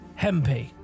Hempy